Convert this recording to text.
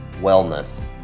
wellness